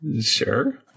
Sure